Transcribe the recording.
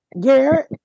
Garrett